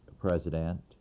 president